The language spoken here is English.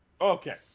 Okay